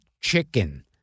Chicken